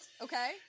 okay